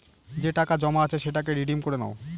যে টাকা জমা আছে সেটাকে রিডিম করে নাও